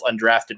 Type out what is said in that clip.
undrafted